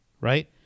right